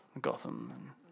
Gotham